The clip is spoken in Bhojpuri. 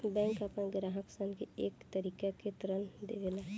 बैंक आपना ग्राहक सन के कए तरीका के ऋण देवेला